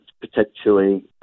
potentially